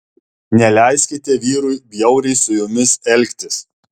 neleiskite vyrui bjauriai su jumis elgtis